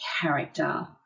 character